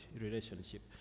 relationship